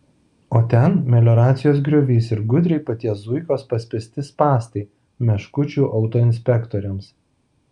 o ten melioracijos griovys ir gudriai paties zuikos paspęsti spąstai meškučių autoinspektoriams